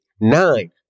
nine